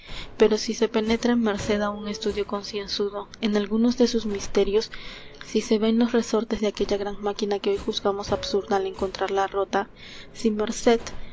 pero si se penetra merced á un estudio concienzudo en algunos de sus misterios si se ven los resortes de aquella gran máquina que hoy juzgamos absurda al encontrarla rota si merced